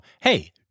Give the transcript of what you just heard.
hey